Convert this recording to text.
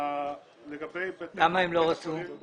למה הם לא רצו?